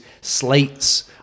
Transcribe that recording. slates